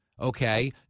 Okay